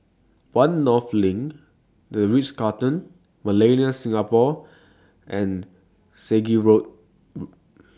one North LINK The Ritz Carlton Millenia Singapore and Selegie Road